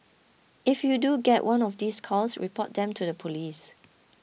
if you do get one of these calls report them to the police